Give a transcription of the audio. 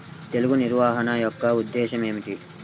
తెగులు నిర్వహణ యొక్క ఉద్దేశం ఏమిటి?